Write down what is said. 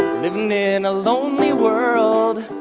living in a lonely world,